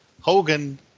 Hogan